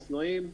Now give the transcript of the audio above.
אופנועים,